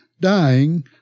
dying